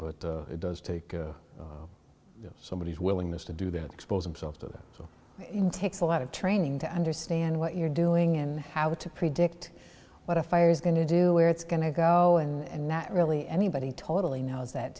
but it does take somebody willingness to do that expose themselves to so in takes a lot of training to understand what you're doing and how to predict what a fire is going to do where it's going to go and that really anybody totally knows that